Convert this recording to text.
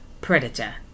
predator